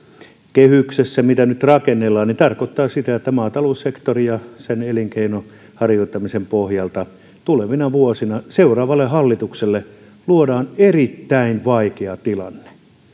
kehys mitä nyt rakennellaan tarkoittaa sitä että maataloussektorin ja sen elinkeinoharjoittamisen pohjalta luodaan tulevina vuosina seuraavalle hallitukselle erittäin vaikea tilanne